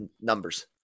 numbers